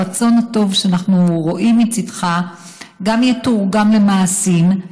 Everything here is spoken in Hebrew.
שהרצון הטוב שאנחנו רואים מצידך יתורגם גם למעשים,